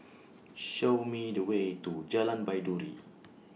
Show Me The Way to Jalan Baiduri